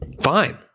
fine